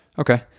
Okay